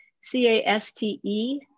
C-A-S-T-E